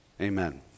Amen